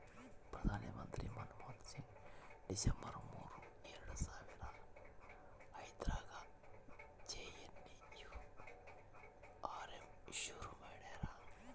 ಪ್ರಧಾನ ಮಂತ್ರಿ ಮನ್ಮೋಹನ್ ಸಿಂಗ್ ಡಿಸೆಂಬರ್ ಮೂರು ಎರಡು ಸಾವರ ಐದ್ರಗಾ ಜೆ.ಎನ್.ಎನ್.ಯು.ಆರ್.ಎಮ್ ಶುರು ಮಾಡ್ಯರ